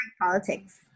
politics